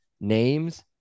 names